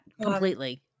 completely